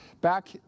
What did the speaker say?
back